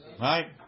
Right